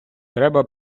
треба